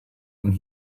und